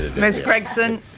miss gregson,